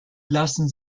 lassen